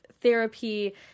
therapy